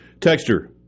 Texture